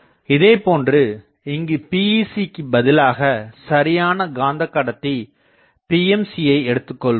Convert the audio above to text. இதேபோன்று இங்கு PEC க்கு பதிலாகச் சரியான காந்த கடத்தி PMC யை எடுத்துக்கொள்வோம்